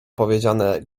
powiedziane